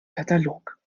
katalog